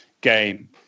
game